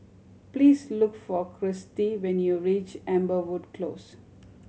please look for Christi when you reach Amberwood Close